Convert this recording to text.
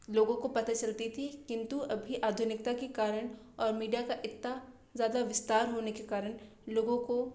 लोगों को पता चलती थी किन्तु अभी आधुनिकता के कारण और मीडिया का इतना ज़्यादा विस्तार होने के कारण लोगों को